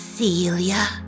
Celia